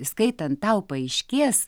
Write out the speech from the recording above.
skaitant tau paaiškės